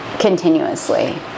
continuously